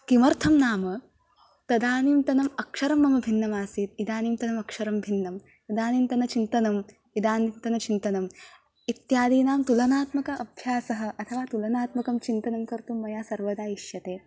किमर्थं नाम तदानीन्तन अक्षरं मम भिन्नमासीत् इदानीन्तनमक्षरं भिन्नं तदानीन्तनचिन्तनं इदानीन्तनचिन्तनम् इत्यादीनां तुलनात्मक अभ्यासः अथवा तुलनात्मकं चिन्तनं कर्तुं मया सर्वदा इष्यते